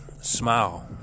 Smile